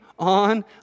on